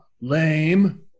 Lame